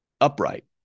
upright